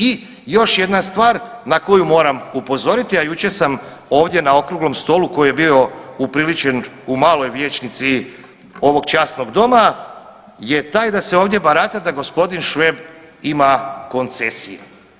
I još jedna stvar na koju moram upozoriti, a jučer sam ovdje na okruglom stolu koji je bio upriličen u Maloj vijećnici ovog časnog doma je taj da se ovdje barata da g. Šveb ima koncesiju.